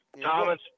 Thomas